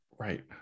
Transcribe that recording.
Right